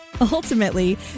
Ultimately